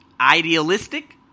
idealistic